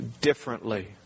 differently